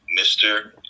Mr